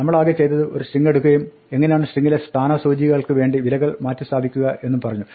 നമ്മളാകെ ചെയ്തത് ഒരു സ്ട്രിങ്ങെടുക്കുകയും എങ്ങിനെയാണ് സ്ട്രിങ്ങിലെ സ്ഥാനസൂചികകൾക്ക് വേണ്ടി വിലകൾ മാറ്റിസ്ഥാപിക്കുക എന്നും പറഞ്ഞു